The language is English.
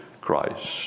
Christ